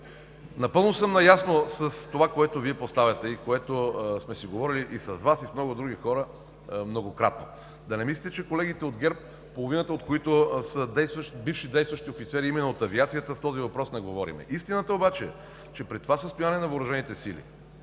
Напълно съм наясно с това, което поставяте и сме си говорили с Вас и с много други хора многократно. Да не мислите, че с колегите от ГЕРБ, половината от които са бивши действащи офицери именно от авиацията, не говорим по този въпрос?! Истината е, че при това състояние на въоръжените сили